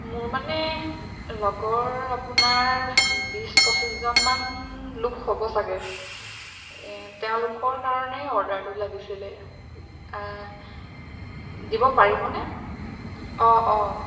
মোৰ মানে লগৰ আপোনাৰ বিছ পঁচিছজনমান লোক হ'ব চাগে তেওঁলোকৰ কাৰণেই অৰ্ডাৰটো লাগিছিলে দিব পাৰিবনে অঁ অঁ